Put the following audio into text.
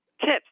tips